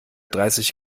dreißig